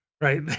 right